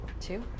Two